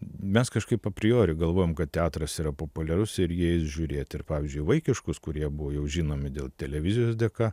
mes kažkaip paprioriu galvojom kad teatras yra populiarus ir jie eis žiūrėt ir pavyzdžiui vaikiškus kurie buvo jau žinomi dėl televizijos dėka